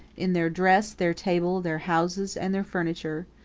in their dress, their table, their houses, and their furniture,